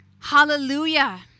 Hallelujah